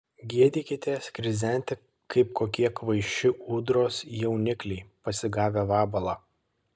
gėdykitės krizenti kaip kokie kvaiši ūdros jaunikliai pasigavę vabalą